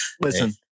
listen